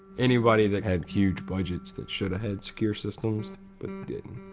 anybody that had huge budgets that shoulda had secure systems but didn't.